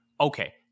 Okay